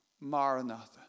Maranatha